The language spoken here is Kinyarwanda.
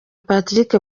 patrick